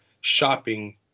shopping